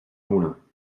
moulin